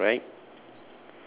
okay right